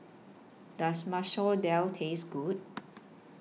Does Masoor Dal Taste Good